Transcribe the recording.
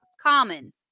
common